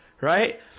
right